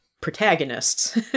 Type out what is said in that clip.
protagonists